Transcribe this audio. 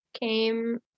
came